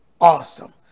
awesome